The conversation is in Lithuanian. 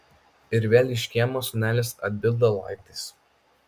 ir vėl iš kiemo sūnelis atbilda laiptais